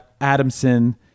Adamson